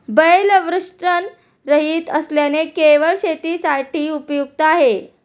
बैल वृषणरहित असल्याने केवळ शेतीसाठी उपयुक्त आहे